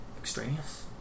extraneous